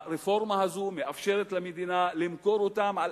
הרפורמה הזו מאפשרת למדינה למכור אותן על